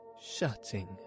shutting